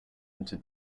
into